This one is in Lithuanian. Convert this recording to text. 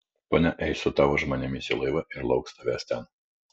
ponia eis su tavo žmonėmis į laivą ir lauks tavęs ten